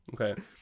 Okay